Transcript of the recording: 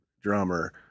drummer